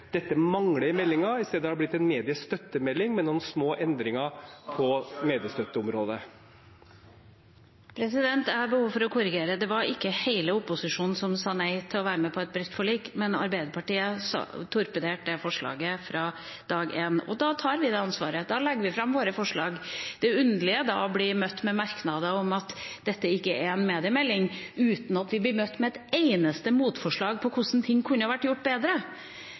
Dette mangler i meldingen. I stedet har det blitt en mediestøttemelding med noen små endringer på mediestøtteområdet. Jeg har behov for å korrigere. Det var ikke hele opposisjonen som sa nei til å være med på et bredt forlik, men Arbeiderpartiet som torpederte det forslaget fra dag én. Da tar vi det ansvaret. Da legger vi fram våre forslag. Det underlige er da å bli møtt med merknader om at dette ikke er en mediemelding, uten å få et eneste motforslag til hvordan ting kunne vært gjort bedre.